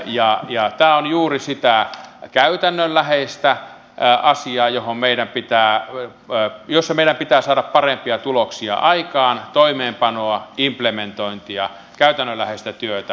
tämä on juuri sitä käytännönläheistä asiaa jossa meidän pitää saada parempia tuloksia aikaan toimeenpanoa implementointia käytännönläheistä työtä